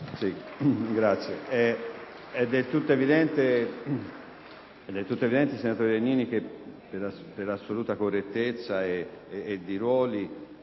finestra"). È del tutto evidente, senatore Legnini, che per assoluta correttezza di ruoli